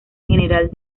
general